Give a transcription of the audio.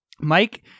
Mike